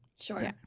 Sure